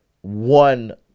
one